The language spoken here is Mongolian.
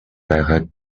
байгааг